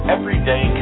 Everyday